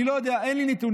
אני לא יודע, אין לי נתונים.